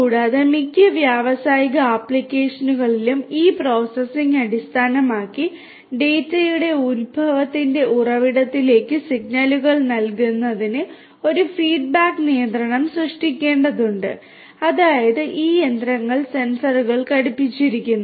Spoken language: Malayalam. കൂടാതെ മിക്ക വ്യാവസായിക ആപ്ലിക്കേഷനുകളിലും ഈ പ്രോസസ്സിംഗ് അടിസ്ഥാനമാക്കി ഡാറ്റയുടെ ഉത്ഭവത്തിന്റെ ഉറവിടത്തിലേക്ക് സിഗ്നലുകൾ നൽകുന്നതിന് ഒരു ഫീഡ്ബാക്ക് നിയന്ത്രണം സൃഷ്ടിക്കേണ്ടതുണ്ട് അതായത് ഈ യന്ത്രങ്ങൾ സെൻസറുകൾ ഘടിപ്പിച്ചിരിക്കുന്നു